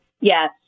Yes